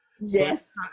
Yes